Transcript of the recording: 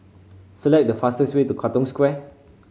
select the fastest way to Katong Square